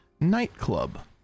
Nightclub